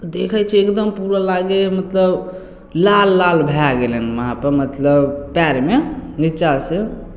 देखय छी एकदम पूरा लागैय मतलब लाल लाल भए गेलय हन उहाँपर मतलब पयरमे नीचासँ